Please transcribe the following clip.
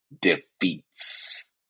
defeats